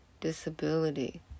disability